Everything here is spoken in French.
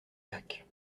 lac